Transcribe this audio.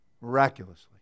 Miraculously